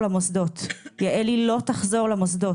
יעלי לא תחזור למוסדות.